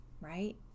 right